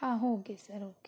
ಆ okay sir okay